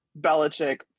Belichick